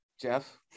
Jeff